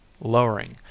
lowering